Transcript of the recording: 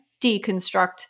deconstruct